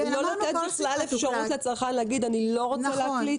ולא לתת בכלל אפשרות לצרכן להגיד שהוא לא רוצה להקליט?